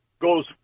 goes